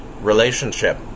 relationship